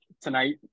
tonight